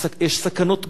יש סכנות גדולות,